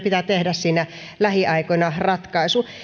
pitää tehdä siinä lähiaikoina ratkaisu